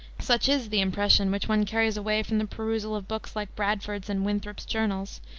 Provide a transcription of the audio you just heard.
such is the impression which one carries away from the perusal of books like bradford's and winthrop's journals,